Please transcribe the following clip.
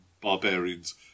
Barbarians